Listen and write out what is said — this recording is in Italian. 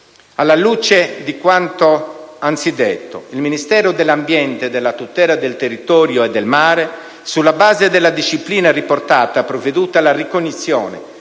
Alla luce di quanto anzidetto, il Ministero dell'ambiente e della tutela del territorio e del mare, sulla base della disciplina riportata, ha provveduto alla ricognizione